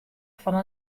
fan